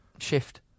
shift